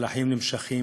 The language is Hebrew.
אבל החיים נמשכים,